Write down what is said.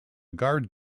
guard